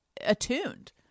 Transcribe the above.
attuned